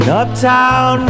uptown